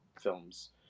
films